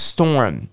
Storm